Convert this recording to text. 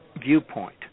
viewpoint